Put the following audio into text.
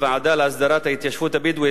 הוועדה להסדרת ההתיישבות הבדואית.